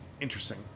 interesting